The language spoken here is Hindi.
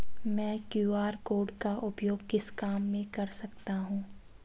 मैं क्यू.आर कोड का उपयोग किस काम में कर सकता हूं?